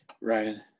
Ryan